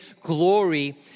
glory